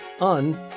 Un